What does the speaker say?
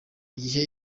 gihe